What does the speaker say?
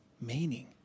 meaning